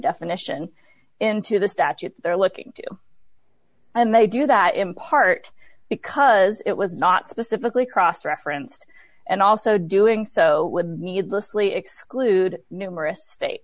definition into the statute they're looking and they do that in part because it was not specifically cross referenced and also doing so would needlessly exclude numerous state